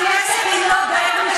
נכון, הכנסת היא לא בית-משפט,